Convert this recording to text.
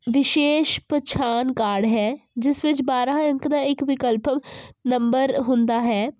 ਵਿਸ਼ੇਸ਼ ਪਛਾਣ ਕਾਰਡ ਹੈ ਜਿਸ ਵਿੱਚ ਬਾਰ੍ਹਾਂ ਅੰਕ ਦਾ ਇੱਕ ਵਿਕਲਪ ਨੰਬਰ ਹੁੰਦਾ ਹੈ